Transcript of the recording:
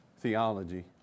theology